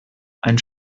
ein